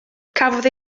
cafodd